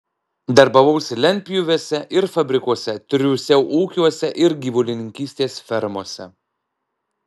darbavausi lentpjūvėse ir fabrikuose triūsiau ūkiuose ir gyvulininkystės fermose